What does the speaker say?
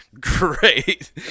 great